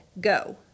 Go